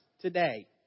today